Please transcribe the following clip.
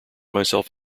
myself